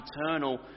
eternal